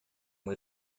muy